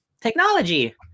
Technology